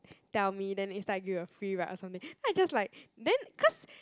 tell me then next time I give you a free ride or something then I just like then cause